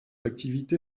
activité